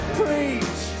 preach